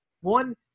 One